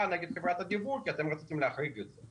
נגד חברת הדיוור כי אתם רציתם להחריג את זה.